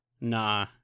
Nah